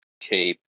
keep